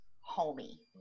homey